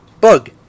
Bug